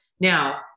Now